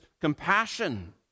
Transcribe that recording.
compassion